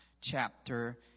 chapter